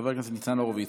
חבר הכנסת ניצן הורוביץ,